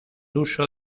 uso